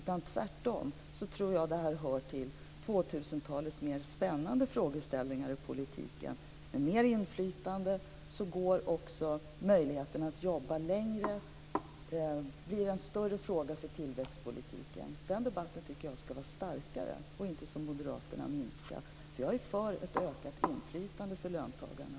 Tvärtom tror jag att detta hör till 2000-talets mer spännande frågeställningar i politiken. Med större inflytande blir också möjligheterna att jobba längre en större fråga för tillväxtpolitiken. Den debatten tycker jag ska vara intensivare, och inte som moderaterna anser, att den ska minska i styrka. Jag är för ett ökat inflytande för löntagarna.